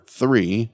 three